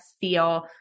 feel